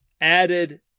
added